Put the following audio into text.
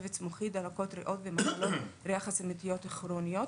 דלקות ריאות ומחלות כרוניות.